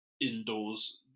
indoors